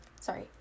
sorry